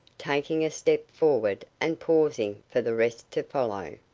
taking a step forward and pausing for the rest to follow.